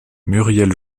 muriel